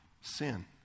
Sin